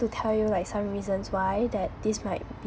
to tell you like some reasons why that this might